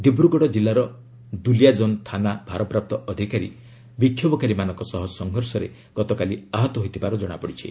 ଦିବ୍ଗଡ ଜିଲ୍ଲାର ଦୁଲିଆଜନ ଥାନା ଭାରପ୍ରାପ୍ତ ଅଧିକାରୀ ବିକ୍ଷୋଭକାରୀମାନଙ୍କ ସହ ସଂଘର୍ଷରେ ଗତକାଲି ଆହତ ହୋଇଥିବାର ଜଣାପଡିଛି